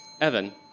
Evan